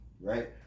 right